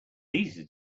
easy